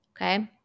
okay